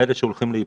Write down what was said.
אלה שהולכים להיפתח,